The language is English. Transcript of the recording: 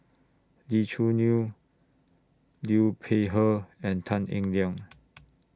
Lee Choo Neo Liu Peihe and Tan Eng Liang